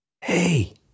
Hey